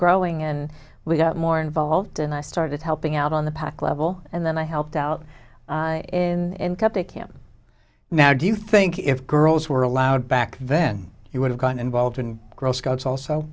growing and we got more involved and i started helping out on the pack level and then i helped out in up to camp now do you think if girls were allowed back then you would have gotten involved in girl scouts also